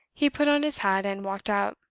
he put on his hat, and walked out.